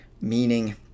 meaning